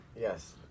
Yes